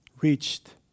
reached